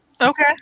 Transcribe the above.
Okay